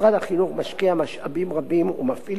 משרד החינוך משקיע משאבים רבים ומפעיל